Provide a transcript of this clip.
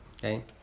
Okay